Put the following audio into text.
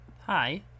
Hi